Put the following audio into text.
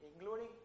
including